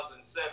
2007